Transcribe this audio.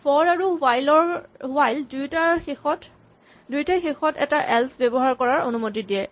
for আৰু while দুয়োটাই শেষত এটা এল্চ ব্যৱহাৰ কৰাৰ অনুমতি দিয়ে